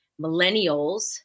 millennials